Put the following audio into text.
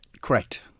Correct